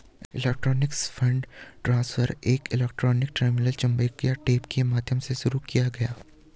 electronic fund transfer एक electronic terminal चुंबकीय tape के माध्यम से शुरू किया गया